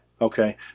Okay